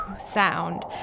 Sound